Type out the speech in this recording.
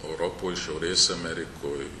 europoj šiaurės amerikoj